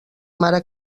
mare